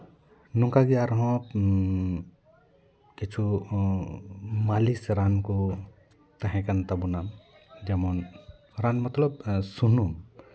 ᱱᱚᱝᱠᱟᱜᱮ ᱟᱨᱦᱚᱸ ᱠᱤᱪᱷᱩ ᱢᱟᱹᱞᱤᱥ ᱨᱟᱱ ᱠᱚ ᱛᱟᱦᱮᱸ ᱠᱟᱱ ᱛᱟᱵᱚᱱᱟ ᱡᱮᱢᱚᱱ ᱨᱟᱱ ᱢᱚᱛᱞᱚᱵ ᱥᱩᱱᱩᱢ